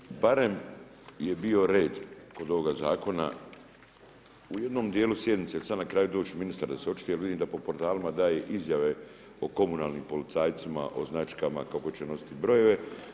Znači barem je bio red kod ovoga zakona, u jednom dijelu sjednici, sada će na kraju doći ministar da se očituje jer vidim da po portalima daje izjave o komunalnim policajcima, o značkama, kako će nositi brojeve.